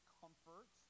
comfort